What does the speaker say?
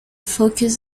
focus